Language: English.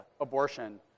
abortion